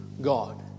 God